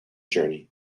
journey